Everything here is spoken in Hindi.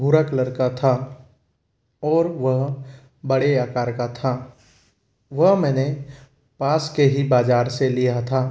भूरा कलर का था और वह बड़े आकार का था वह मैंने पास के ही बाजार से लिया था